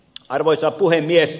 arvoisa puhemies